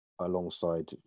alongside